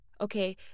okay